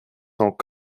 sont